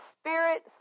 spirit